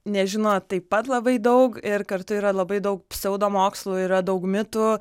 nežino taip pat labai daug ir kartu yra labai daug pseudomokslų yra daug mitų